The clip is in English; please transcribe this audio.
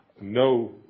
no